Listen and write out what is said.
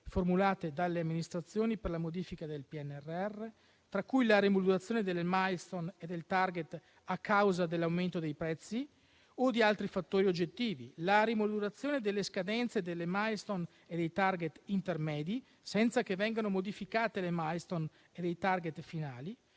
formulate dalle amministrazioni per la modifica del PNRR, tra cui la rimodulazione delle *milestone* e dei *target* a causa dell'aumento dei prezzi o di altri fattori oggettivi; la rimodulazione delle scadenze delle *milestone* e dei *target* intermedi senza che vengano modificate le *milestone* e i *target* finali;